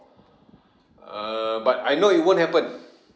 err but I know it won't happen